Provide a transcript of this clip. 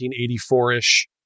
1984-ish